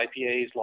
IPAs